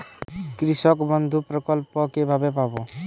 কৃষকবন্ধু প্রকল্প কিভাবে পাব?